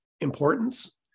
importance